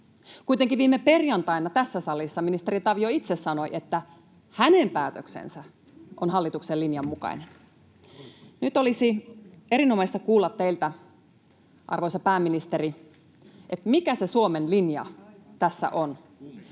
Kuitenkin viime perjantaina tässä salissa ministeri Tavio itse sanoi, että hänen päätöksensä on hallituksen linjan mukainen. Nyt olisi erinomaista kuulla teiltä, arvoisa pääministeri, mikä se Suomen linja tässä on.